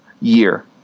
year